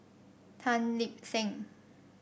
Tan Lip Seng